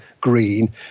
green